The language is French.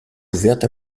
ouverte